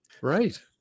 Right